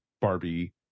Barbie